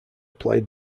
played